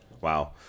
Wow